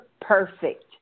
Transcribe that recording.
perfect